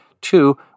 two